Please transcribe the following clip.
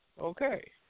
Okay